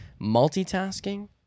Multitasking